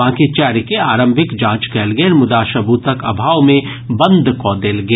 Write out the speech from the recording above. बांकी चारि के आरंभिक जांच कयल गेल मुदा सबूतक अभाव मे बंद कऽ देल गेल